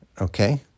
Okay